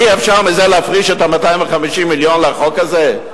אי-אפשר מזה להפריש את 250 המיליון לחוק הזה?